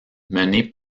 menée